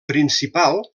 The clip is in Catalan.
principal